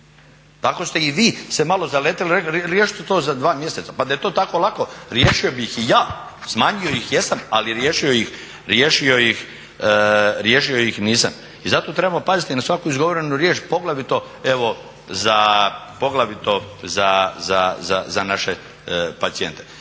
Tako ste i vi se malo zaletiti i rekli riješit ću to za 2 mjeseca, pa da je to tako lako riješio bih i ja, smanjio ih jesam, ali riješio ih nisam. I zato treba paziti na svaku izgovorenu riječ, poglavito za naše pacijente.